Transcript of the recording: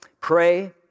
pray